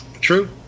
True